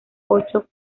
ocho